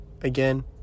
Again